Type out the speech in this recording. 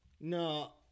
No